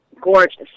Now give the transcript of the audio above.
Gorgeous